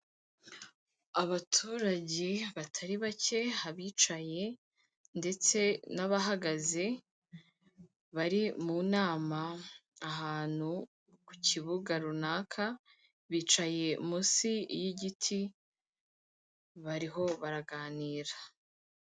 Abaturage batari bake, abicaye ndetse n'abahagaze, bari mu nama ahantu ku kibuga runaka, bicaye munsi y'igiti bariho baraganira.